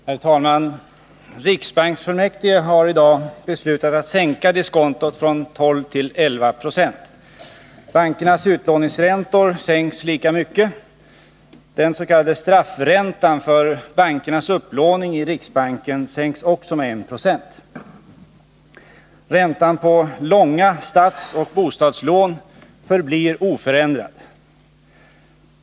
Herr talman! Riksbanksfullmäktige har i dag beslutat att sänka diskontot från 12 till 11 20. Bankernas utlåningsräntor sänks lika mycket. Den s.k. straffräntan för bankernas upplåning i riksbanken sänks också med 1 96. Räntan på långa statsoch bostadslån förblir oförändrad.